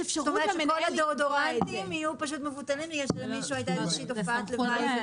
כל הדיאודורנטים יהיו פשוט מבוטלים אם יש למישהו תופעת לוואי.